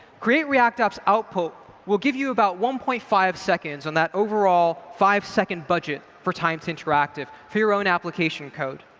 create react app's output will give you about one point five seconds on that overall five second budget for time to interactive for your own application code.